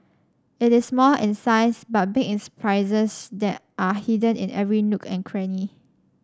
it is small in size but big in surprises that are hidden in every nook and cranny